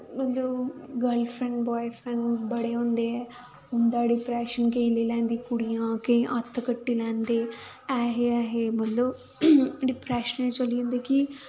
मतलब girl friend boy friend बड़े होंदे ऐं उं'दा डिप्रैशन केईं लेई लैंदे कुड़ियां केईं हत्थ कट्टी लैंदे ऐहे ऐहे मतलब डिप्रैशन च चली जंदे कि